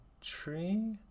tree